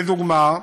לדוגמה,